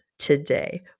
Today